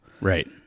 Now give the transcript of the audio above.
Right